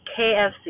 KFC